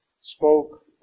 spoke